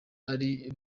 ari